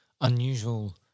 unusual